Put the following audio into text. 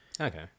okay